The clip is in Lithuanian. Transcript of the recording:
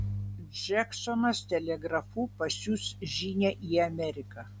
džeksonas telegrafu pasiųs žinią į ameriką